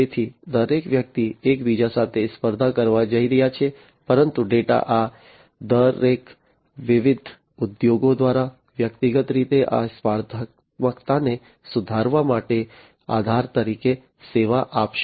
તેથી દરેક વ્યક્તિ એકબીજા સાથે સ્પર્ધા કરવા જઈ રહી છે પરંતુ ડેટા આ દરેક વિવિધ ઉદ્યોગો દ્વારા વ્યક્તિગત રીતે આ સ્પર્ધાત્મકતાને સુધારવા માટેના આધાર તરીકે સેવા આપશે